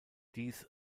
dies